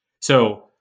So-